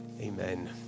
Amen